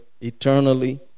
eternally